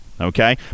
okay